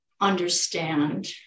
understand